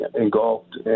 engulfed